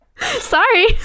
Sorry